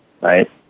right